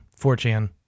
4chan